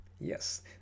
Yes